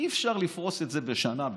אי-אפשר לפרוס את זה בשנה,